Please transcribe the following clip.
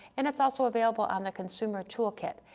and it's also available on the consumer toolkit.